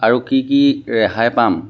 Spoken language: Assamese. আৰু কি কি ৰেহাই পাম